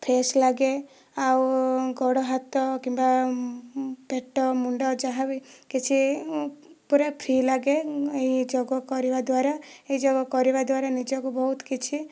fresh ଲାଗେ ଆଉ ଗୋଡ ହାତ କିମ୍ବା ପେଟ ମୁଣ୍ଡ ଯାହାବି କିଛି ପୁରା ଫ୍ରୀ ଲାଗେ ଏହି ଯୋଗ କରିବା ଦ୍ବାରା ଏ ଯୋଗ କରିବାଦ୍ବାରା ନିଜକୁ ବହୁତ କିଛି